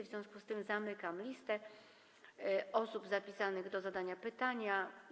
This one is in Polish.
W związku z tym zamykam listę osób zapisanych do zadania pytania.